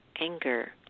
anger